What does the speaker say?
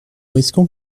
risquons